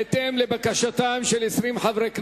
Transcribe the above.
בהתאם לבקשתם של 20 חברי כנסת,